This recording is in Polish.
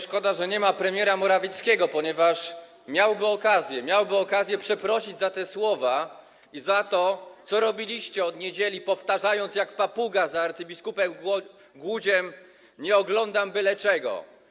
Szkoda, że nie ma premiera Morawieckiego, ponieważ miałby okazję przeprosić za te słowa i za to, co robiliście od niedzieli, powtarzając jak papuga za arcybiskupem Głódziem: Nie oglądam byle czego.